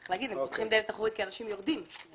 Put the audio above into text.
צריך להגיד: פותחים דלת אחורית כי אנשים יורדים משם.